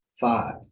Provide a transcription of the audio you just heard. Five